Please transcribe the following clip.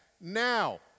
Now